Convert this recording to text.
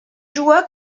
joua